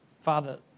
Father